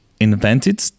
invented